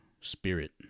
spirit